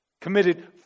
committed